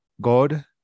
God